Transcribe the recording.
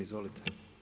Izvolite.